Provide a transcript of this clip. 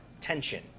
tension